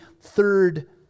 third